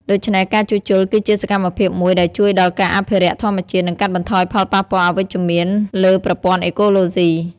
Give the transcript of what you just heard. ដូច្នេះការជួសជុលគឺជាសកម្មភាពមួយដែលជួយដល់ការអភិរក្សធម្មជាតិ និងកាត់បន្ថយផលប៉ះពាល់អវិជ្ជមានលើប្រព័ន្ធអេកូឡូស៊ី។